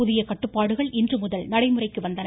புதிய கட்டுப்பாடுகள் இன்றுமுதல் நடைமுறைக்கு வந்தன